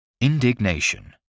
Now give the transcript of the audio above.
indignation